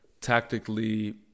tactically